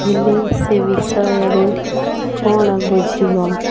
ହେଲେ ସେ ବିଷୟରେ କ'ଣ ବୁଝିବ